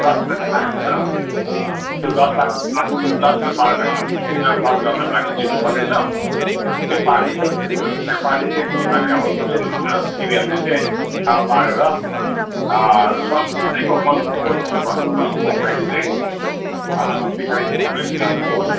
दस लाख आएको छ त्यो दस लाख बाह्र लाखसम्म गरिदिएको छ दस घरलाई पानी दिनु पर्ने छ त्यो पानी चाहिँ त्यो पानी चाहिँ तिमीहरूले अब कसरी हुन्छ तिमीहरूले चाहिँ बाँढेर सब कसैको मन खोटो नहोस् भन्नु खोजेको मैले चाहिँ पछाडी कम्प्लेन चाहिँ नहोस्